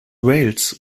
wales